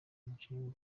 umukinnyi